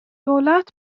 دولت